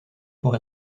pour